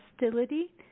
hostility